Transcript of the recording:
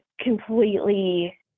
completely